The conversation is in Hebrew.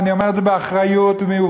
ואני אומר את זה באחריות ומעובדות.